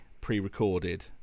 pre-recorded